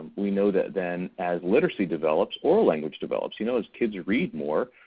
we know that then as literacy develops, oral language develops. you know as kids read more,